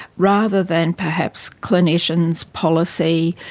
rather than perhaps clinicians, policy,